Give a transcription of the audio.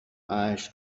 اشک